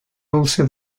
also